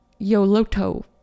yoloto